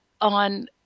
on